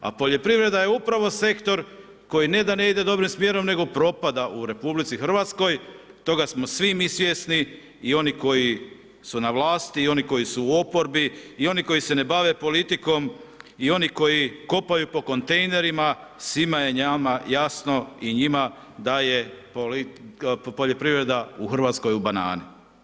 A poljoprivreda je upravo sektor koji ne da ne ide dobrim smjerom nego propada u RH, toga smo svi mi svjesni, i oni koji su na vlasti i oni koju su oporbi i oni koji se ne bave politikom i oni koji kopaju po kontejnerima, svima je nama jasno i njima da je poljoprivreda u Hrvatskoj u banani.